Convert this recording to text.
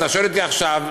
אתה שואל אותי עכשיו,